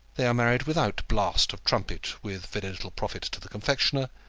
they are married without blast of trumpet, with very little profit to the confectioner,